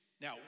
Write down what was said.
Now